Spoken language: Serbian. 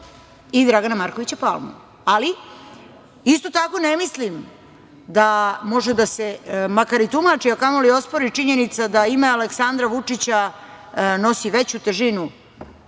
i Dragana Markovića Palmu, ali isto tako ne mislim da može da se makar i tumači, a kamoli ospori činjenica da ime Aleksandra Vučića nosi veću težinu